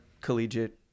collegiate